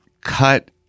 cut